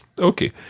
Okay